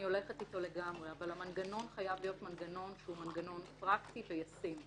אבל המנגנון חייב להיות מנגנון פרקטי וישים.